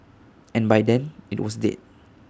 and by then IT was dead